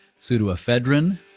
pseudoephedrine